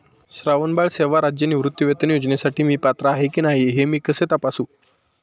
श्रावणबाळ सेवा राज्य निवृत्तीवेतन योजनेसाठी मी पात्र आहे की नाही हे मी कसे तपासू?